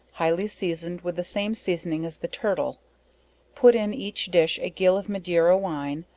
highly seasoned with the same seasoning as the turtle put in each dish a gill of madeira wine,